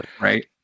Right